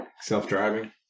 Self-driving